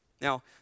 Now